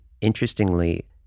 interestingly